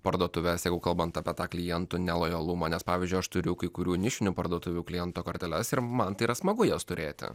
parduotuves jeigu kalbant apie tą klientų nelojalumą nes pavyzdžiui aš turiu kai kurių nišinių parduotuvių kliento korteles ir man tai yra smagu jas turėti